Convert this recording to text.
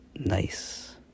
Nice